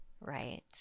Right